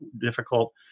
difficult